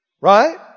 Right